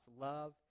love